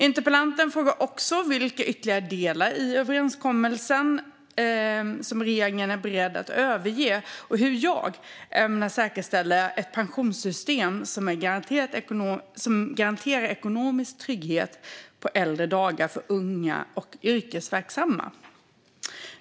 Interpellanten frågar också vilka ytterligare delar i överenskommelsen som regeringen är beredd att överge och hur jag ämnar säkerställa ett pensionssystem som garanterar ekonomisk trygghet på äldre dagar för unga och yrkesverksamma.